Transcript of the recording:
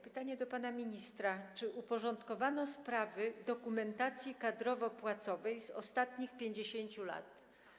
Pytanie do pana ministra: Czy uporządkowano sprawy dokumentacji kadrowo-płacowej z ostatnich 50 lat?